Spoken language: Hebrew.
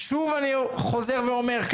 שוב אני חוזר ואומר,